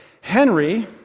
Henry